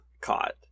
caught